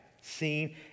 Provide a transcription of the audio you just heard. seen